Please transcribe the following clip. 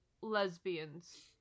lesbians